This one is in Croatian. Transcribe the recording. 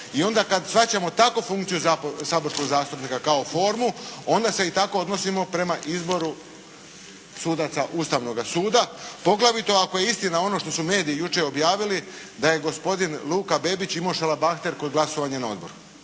I onda kad shvaćamo tako funkciju saborskog zastupnika kao formu onda se i tako odnosimo prema izboru sudaca Ustavnoga suda, poglavito ako je istina ono što su mediji jučer objavili da je gospodin Luka Bebić imao šalabahter kod glasovanja na odboru.